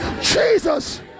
Jesus